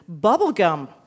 bubblegum